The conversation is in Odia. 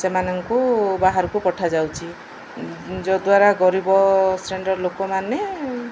ମାନଙ୍କୁ ବାହାରକୁ ପଠାଯାଉଛି ଯଦ୍ୱାରା ଗରିବ ଶ୍ରେଣୀର ଲୋକମାନେ